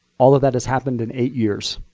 all of that has happened in eight years.